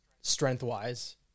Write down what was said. strength-wise